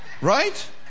Right